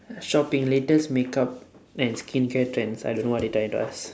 shopping latest makeup and skincare trends I don't know what they trying to ask